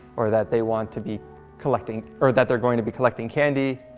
or that they want to be collecting or that they're going to be collecting candy,